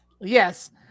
Yes